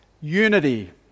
unity